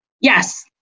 yes